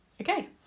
okay